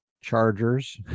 Chargers